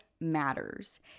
matters